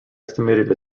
estimated